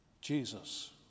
Jesus